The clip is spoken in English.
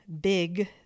big